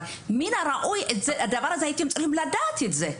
אבל מן הראו שהייתם צריכים לדעת על הדבר הזה.